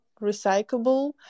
recyclable